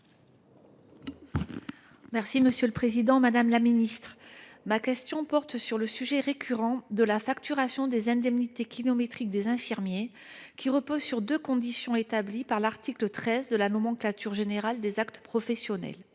de l’accès aux soins. Madame la ministre, ma question porte sur le sujet récurrent de la facturation des indemnités kilométriques des infirmiers. Celle ci repose sur deux conditions figurant à l’article 13 de la nomenclature générale des actes professionnels